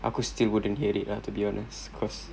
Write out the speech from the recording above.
aku still wouldn't hear it lah to be honest cause